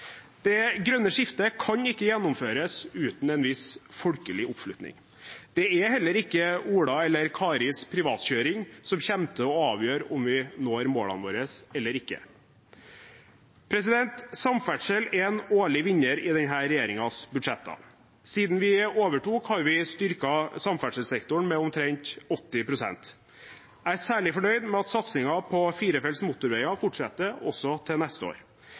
Det grønne skiftet kan ikke gjennomføres uten en viss folkelig oppslutning. Det er heller ikke Ola eller Karis privatkjøring som kommer til å avgjøre om vi når målene våre eller ikke. Samferdsel er en årlig vinner i denne regjeringens budsjetter. Siden vi overtok, har vi styrket samferdselssektoren med omtrent 80 pst. Jeg er særlig fornøyd med at satsingen på firefelts motorveier fortsetter også til neste år.